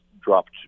dropped